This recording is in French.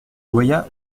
loyat